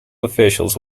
officials